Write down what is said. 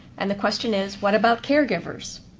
and the question is, what about caregivers?